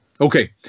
Okay